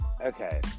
okay